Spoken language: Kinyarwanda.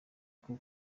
nko